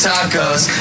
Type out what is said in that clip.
Tacos